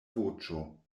voĉo